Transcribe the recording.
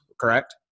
correct